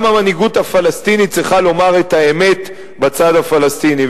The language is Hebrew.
גם המנהיגות הפלסטינית צריכה לומר את האמת בצד הפלסטיני.